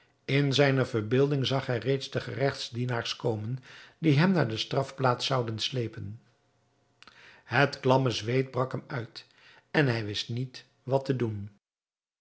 in zijne verbeelding zag hij reeds de geregtsdienaars komen die hem naar de strafplaats zouden slepen het klamme zweet brak hem uit en hij wist niet wat te doen